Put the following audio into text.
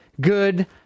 good